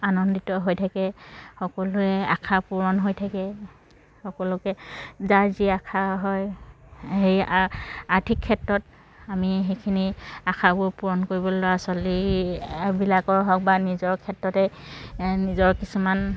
আনন্দিত হৈ থাকে সকলোৰে আশা পূৰণ হৈ থাকে সকলোকে যাৰ যি আশা হয় সেই আ আৰ্থিক ক্ষেত্ৰত আমি সেইখিনি আশাবোৰ পূৰণ কৰিবলৈ ল'ৰা ছোৱালীবিলাকৰ হওক বা নিজৰ ক্ষেত্ৰতে নিজৰ কিছুমান